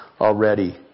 already